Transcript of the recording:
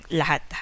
lahat